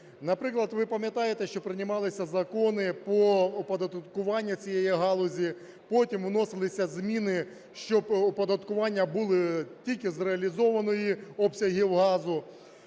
Наприклад, ви пам'ятаєте, що приймалися закони по оподаткуванню цієї галузі, потім вносилися зміни, щоб оподаткування було тільки з реалізованих обсягів газу,